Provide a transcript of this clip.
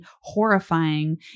horrifying